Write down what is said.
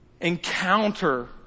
encounter